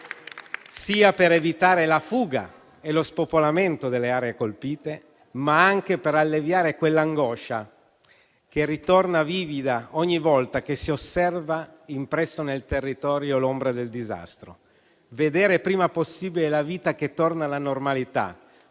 sia per evitare la fuga e lo spopolamento delle aree colpite, ma anche per alleviare quell'angoscia che ritorna vivida ogni volta che si osserva, impressa nel territorio, l'ombra del disastro. Vedere il prima possibile la vita che torna alla normalità